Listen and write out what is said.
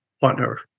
partner